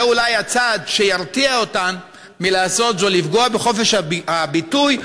זה אולי הצעד שירתיע אותם מלפגוע בחופש הביטוי,